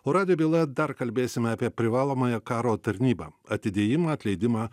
o radijo byla dar kalbėsime apie privalomąją karo tarnybą atidėjimą atleidimą